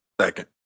Second